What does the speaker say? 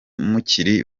mukiri